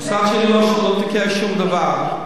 המשרד שלי לא ביקש שום דבר.